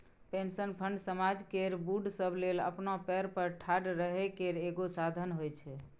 pension fund समाज केर बूढ़ सब लेल अपना पएर पर ठाढ़ रहइ केर एगो साधन होइ छै